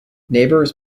neighbors